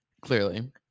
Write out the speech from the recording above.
clearly